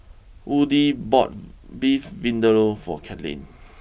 Woody bought Beef Vindaloo for Carlyn